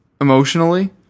emotionally